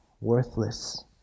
worthless